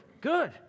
Good